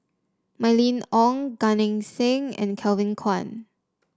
Mylene Ong Gan Eng Seng and Kevin Kwan